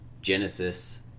Genesis